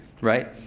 right